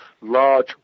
large